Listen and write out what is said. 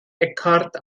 eckhart